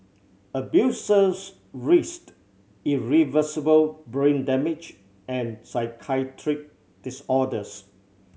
abusers risked irreversible brain damage and psychiatric disorders